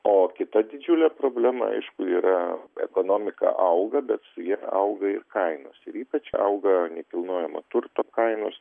o kita didžiulė problema aišku yra ekonomika auga bet su ja auga ir kainos ir ypač auga nekilnojamo turto kainos